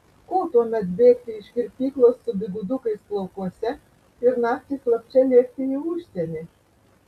ko tuomet bėgti iš kirpyklos su bigudukais plaukuose ir naktį slapčia lėkti į užsienį